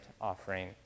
offering